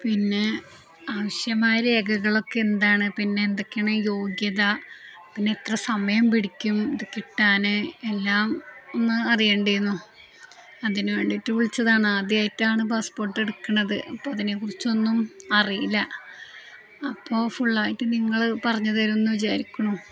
പിന്നെ ആവശ്യമായ രേഖകളൊക്കെ എന്താണ് പിന്നെ എന്തൊക്കെയാണ് യോഗ്യത പിന്നെ എത്ര സമയം പിടിക്കും ഇതു കിട്ടാൻ എല്ലാം ഒന്ന് അറിയേണ്ടതെന്നോ അതിനു വേണ്ടിയിട്ടു വിളിച്ചതാണ് ആദ്യമായിട്ടാണ് പാസ്പോർട്ട് എടുക്കുന്നത് അപ്പം അതിനെക്കുറിച്ചൊന്നും അറിയില്ല അപ്പോൾ ഫുള്ളായിട്ട് നിങ്ങൾ പറഞ്ഞു തരുമെന്നു വിചാരിക്കുന്നു